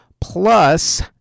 plus